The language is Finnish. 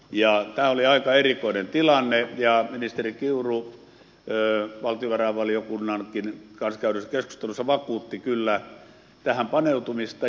tämä oli aika erikoinen tilanne ja ministeri kiuru valtiovarainvaliokunnankin kanssa käydyssä keskustelussa vakuutti kyllä tähän paneutumista